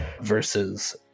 versus